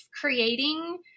creating